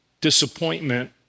disappointment